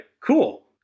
Cool